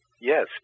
Yes